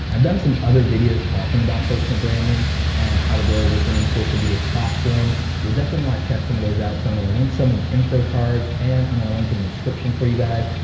and done some other videos talking about personal branding and how to grow within social media platforms, you'll definitely wanna check some of those out so i'm gonna link some in the info cards and i'm gonna link in the description for you guys.